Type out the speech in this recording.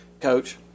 Coach